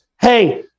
hey